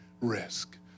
risk